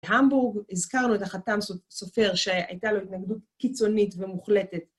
בהמבורג הזכרנו את החתם סופר שהייתה לו התנגדות קיצונית ומוחלטת.